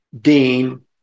dean